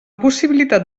possibilitat